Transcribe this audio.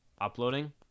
uploading